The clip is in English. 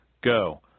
Go